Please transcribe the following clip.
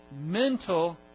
mental